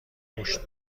پشت